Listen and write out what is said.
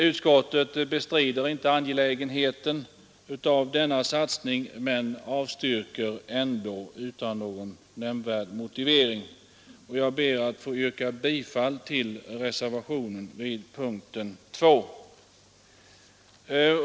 Utskottet bestrider inte angelägenheten av denna satsning men avstyrker ändå utan någon nämnvärd motivering. Jag ber att få yrka bifall till reservationen B vid punkten 2.